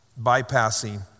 bypassing